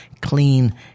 clean